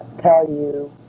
tell you